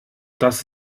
das